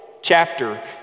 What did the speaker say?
chapter